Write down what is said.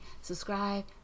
subscribe